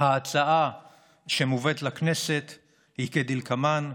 ההצעה שמובאת לכנסת היא כדלקמן: